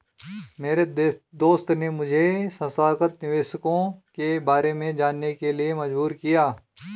मेरे दोस्त ने मुझे संस्थागत निवेशकों के बारे में जानने के लिए मजबूर किया